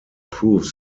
prove